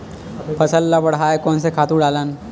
फसल ल बढ़ाय कोन से खातु डालन?